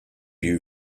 you